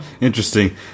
Interesting